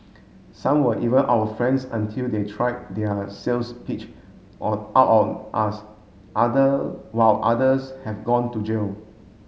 some were even our friends until they tried their sales pitch or out on us other while others have gone to jail